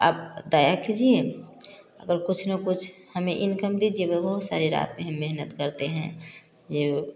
आप दया कीजिए अगर कुछ ना कुछ हमें इंकम दीजिए हम बहत सारी रात में हम मेहनत करते हैं जो